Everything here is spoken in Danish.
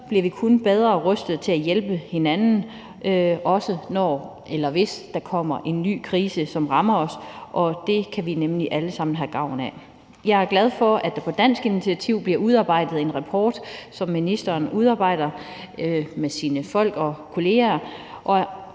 Sådan bliver vi kun bedre rustet til at hjælpe hinanden, også når eller hvis der kommer en ny krise, som rammer os. Det kan vi nemlig alle sammen have gavn af. Jeg er glad for, at der på dansk initiativ bliver udarbejdet en rapport, som ministeren udarbejder med sine folk og kollegaer.